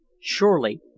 Surely